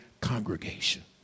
congregation